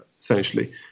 essentially